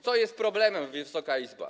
Co jest problemem, Wysoka Izbo?